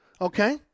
okay